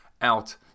out